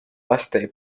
laste